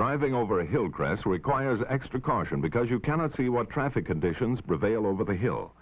driving over a hill grass requires extra caution because you cannot see what traffic conditions prevail over the hill